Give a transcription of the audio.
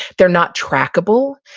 they're not trackable,